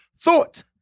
thought